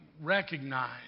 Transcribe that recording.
recognize